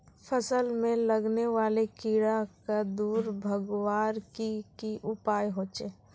फसल में लगने वाले कीड़ा क दूर भगवार की की उपाय होचे?